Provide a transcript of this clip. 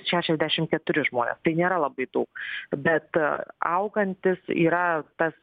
šešiasdešim keturi žmonės tai nėra labai daug bet augantis yra tas